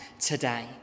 today